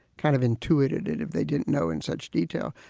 kind of intuited it if they didn't know in such detail.